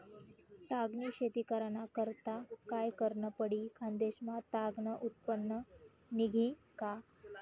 ताग नी शेती कराना करता काय करनं पडी? खान्देश मा ताग नं उत्पन्न निंघी का